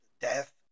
death